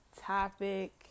topic